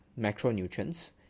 macronutrients